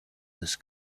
this